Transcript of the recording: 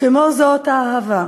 כמו "זו אותה אהבה",